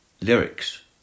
lyrics